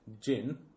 gin